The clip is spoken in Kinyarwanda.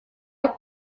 ngo